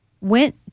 went